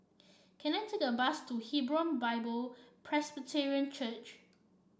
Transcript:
can I take the bus to Hebron Bible Presbyterian Church